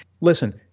listen